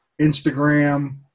Instagram